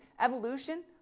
Evolution